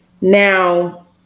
Now